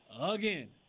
again